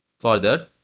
for that,